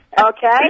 Okay